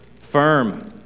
firm